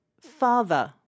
father